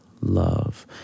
love